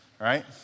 right